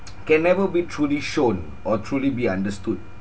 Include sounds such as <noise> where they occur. <noise> can never be truly shown or truly be understood